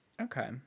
okay